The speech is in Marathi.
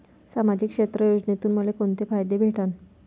सामाजिक क्षेत्र योजनेतून मले कोंते फायदे भेटन?